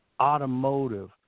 automotive